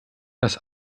das